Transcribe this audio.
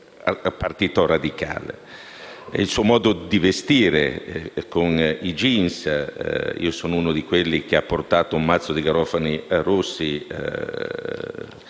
il suo modo di vestire, con i*jeans.* Io sono uno di quelli che ha portato un mazzo di garofani rossi